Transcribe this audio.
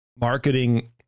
marketing